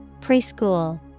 Preschool